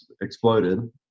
exploded